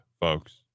folks